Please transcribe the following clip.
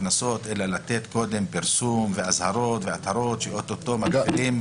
קנסות אלא לתת קודם פרסום ואזהרות שעוד מעט מתחילים.